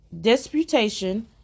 disputation